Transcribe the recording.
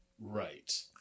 Right